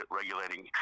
regulating